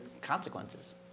consequences